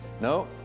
No